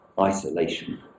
isolation